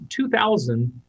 2000